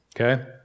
okay